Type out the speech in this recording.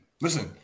Listen